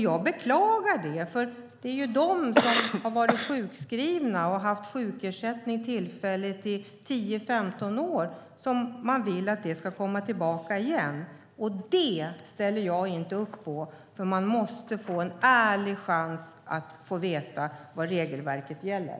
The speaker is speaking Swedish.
Jag beklagar det, för det är de som har varit sjukskrivna och haft sjukersättning tillfälligt i 10-15 år som man vill ska få det likadant igen, och det ställer jag inte upp på. Man måste få en ärlig chans att veta vad regelverket gäller.